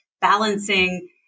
balancing